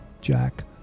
Jack